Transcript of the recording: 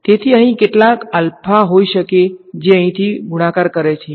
તેથી અહીં કેટલાક અલ્ફા હોઈ શકે છે જે અહીંથી ગુણાકાર કરે છે